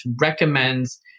recommends